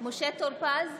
משה טור פז,